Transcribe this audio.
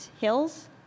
hills